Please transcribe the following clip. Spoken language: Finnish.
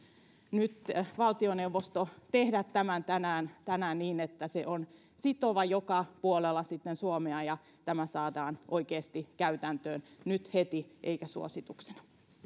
valtioneuvosto nyt tehdä tämän tänään tänään niin että se on sitten sitova joka puolella suomea ja tämä saadaan oikeasti käytäntöön nyt heti eikä suosituksena